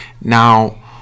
Now